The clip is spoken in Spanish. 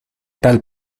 tal